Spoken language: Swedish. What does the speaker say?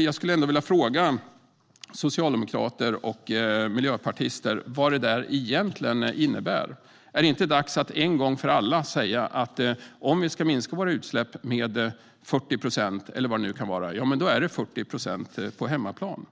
Jag skulle ändå vilja fråga socialdemokrater och miljöpartister vad det egentligen innebär. Är det inte dags att en gång för alla säga att om vi ska minska våra utsläpp med 40 procent, eller vad det nu kan vara, är det 40 procent på hemmaplan?